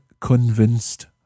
convinced